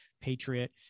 Patriot